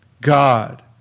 God